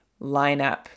lineup